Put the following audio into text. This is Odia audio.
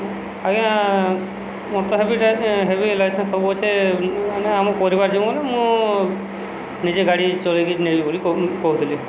ଆଜ୍ଞା ମୋର ତ ଲାଇସେନ୍ସ ସବୁ ଅଛେ ମାନେ ଆମ ପରିବାର ଯବେ ମୁଁ ନିଜେ ଗାଡ଼ି ଚଳେଇକି ନେବି ବୋଲି କହୁଥିଲି